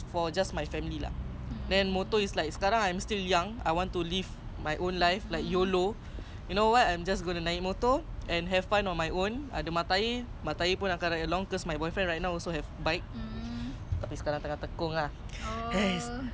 then ya lah enjoy my life first as a teenager not a married woman yet no not yet mmhmm nak kahwin dua puluh dua